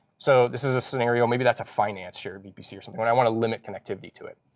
so this is a scenario maybe that's a financier vpc or something, when i want to limit connectivity to it.